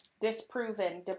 disproven